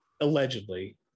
allegedly